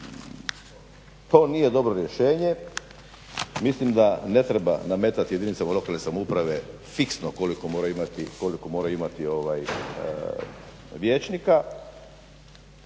to nije dobro rješenje, mislim da ne treba nametati jedinicama lokalne samouprave fiksno koliko moraju imati vijećnika,